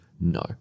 no